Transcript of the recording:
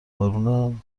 قربون